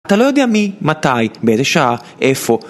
אתה לא יודע מי, מתי, באיזה שעה, איפה